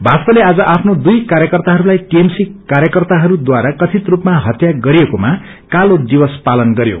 भाजपाले आज आफ्नो दुई कार्यकर्ताहरूलाई टिएमसी कार्यकर्ताहरूद्वारा कथित रूपमा हत्या गरिएको लाई लिएर कालो दिवस मनाए